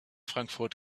frankfurt